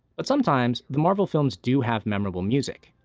but sometimes the marvel films do have memorable music,